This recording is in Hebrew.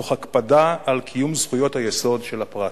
תוך הקפדה על קיום זכויות היסוד של הפרט.